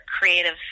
creative